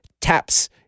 taps